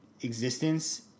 existence